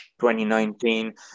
2019